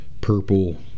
purple